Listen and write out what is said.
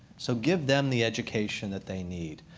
so give them the education that they need.